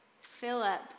Philip